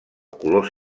color